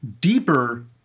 deeper